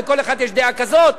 ולכל אחד יש דעה כזאת,